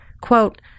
Quote